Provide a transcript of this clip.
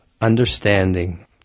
understanding